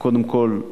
קודם כול,